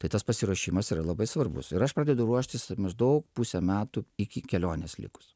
tai tas pasiruošimas yra labai svarbus ir aš pradedu ruoštis maždaug pusę metų iki kelionės likus